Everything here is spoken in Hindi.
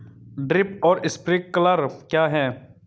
ड्रिप और स्प्रिंकलर क्या हैं?